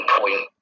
point